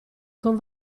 con